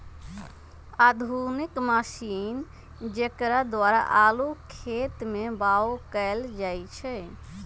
आधुनिक मशीन जेकरा द्वारा आलू खेत में बाओ कएल जाए छै